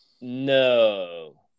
No